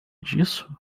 disso